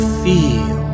feel